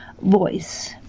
voice